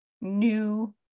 new